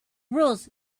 rules